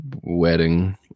wedding